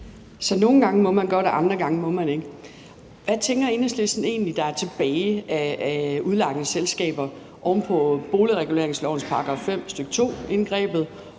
nogle gange må man godt, og andre gange må man ikke. Hvad tænker Enhedslisten egentlig der er tilbage af udlejningsselskaber oven på boligreguleringslovens § 5, stk. 2-indgrebet,